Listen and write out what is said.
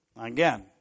Again